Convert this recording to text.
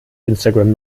instagram